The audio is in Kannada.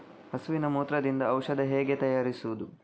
ಹಸುವಿನ ಮೂತ್ರದಿಂದ ಔಷಧ ಹೇಗೆ ತಯಾರಿಸುವುದು?